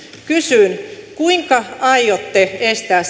kysyn kuinka aiotte estää